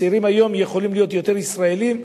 הצעירים היום יכולים להיות יותר ישראלים,